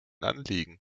anliegen